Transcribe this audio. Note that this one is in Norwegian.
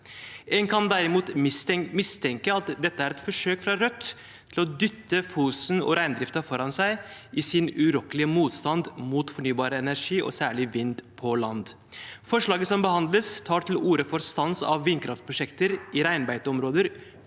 En kan derimot mistenke at dette er et forsøk fra Rødt på å dytte Fosen og reindriften foran seg i sin urokkelige motstand mot fornybar energi og særlig vind på land. Forslaget som behandles, tar til orde for stans av vindkraftprosjekter i reinbeiteområder,